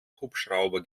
hubschrauber